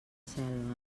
selva